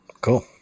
Cool